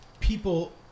People